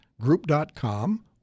group.com